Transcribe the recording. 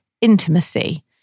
intimacy